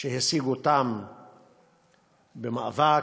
שהשיגו במאבק,